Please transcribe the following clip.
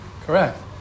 Correct